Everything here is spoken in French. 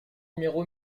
numéro